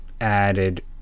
added